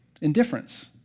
indifference